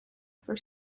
for